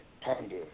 ponder